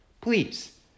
Please